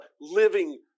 living